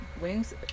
wings